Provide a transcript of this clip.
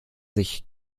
sich